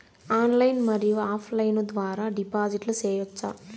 Online మరియు offline ద్వారా డిపాజిట్లు సేయొచ్చా?